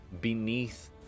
beneath